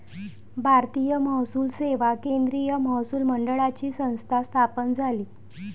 भारतीय महसूल सेवा केंद्रीय महसूल मंडळाची संस्था स्थापन झाली